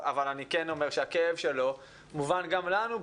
אבל אני כן אומר שהכאב שלו מובן גם לנו,